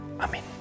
Amen